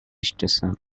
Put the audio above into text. station